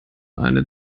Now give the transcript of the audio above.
eine